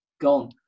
gone